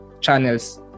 channels